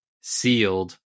sealed